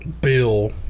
bill